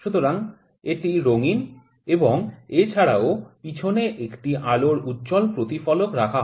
সুতরাং এটি রঙিন এবং এছাড়াও পিছনে একটি আলোর উজ্জ্বল প্রতিফলক রাখা হয়